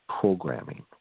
programming